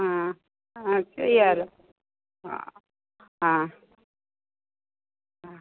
ആ ആ ചെയ്യാലോ ആ ആ ആ